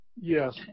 Yes